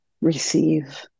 receive